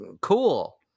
Cool